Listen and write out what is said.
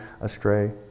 astray